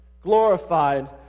glorified